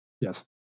Yes